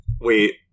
wait